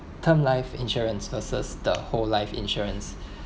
term life insurance versus the whole life insurance